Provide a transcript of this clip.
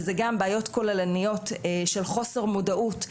וזה גם בעיות כוללניות של חוסר מודעות,